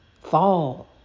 Fall